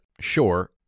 sure